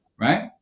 right